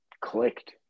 clicked